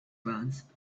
glance